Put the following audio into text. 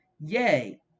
Yay